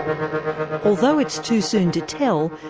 although it's too soon to tell,